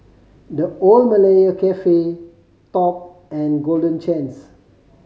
The Old Malaya Cafe Top and Golden Chance